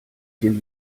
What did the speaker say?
den